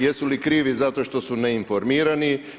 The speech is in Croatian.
Jesu li krivi zato što su neinformirani?